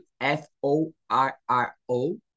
F-O-R-R-O